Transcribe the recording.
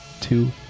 two